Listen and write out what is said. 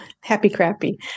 happy-crappy